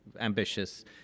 ambitious